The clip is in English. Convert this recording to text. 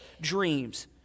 dreams